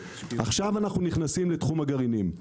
עכשיו אנחנו נכנסים לתחום הגרעינים.